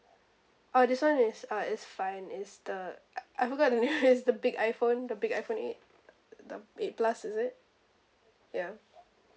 oh this [one] is uh is fine is the I forgot the name is the big iphone the big iphone eight the eight plus is it ya